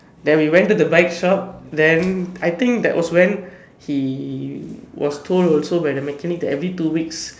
then we went to the bike shop then I think that was when he was told also where mechanic every two weeks